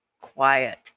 quiet